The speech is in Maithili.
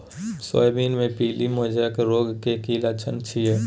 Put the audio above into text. सोयाबीन मे पीली मोजेक रोग के की लक्षण छीये?